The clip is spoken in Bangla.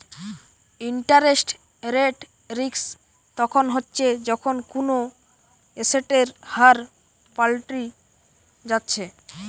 ইন্টারেস্ট রেট রিস্ক তখন হচ্ছে যখন কুনো এসেটের হার পাল্টি যাচ্ছে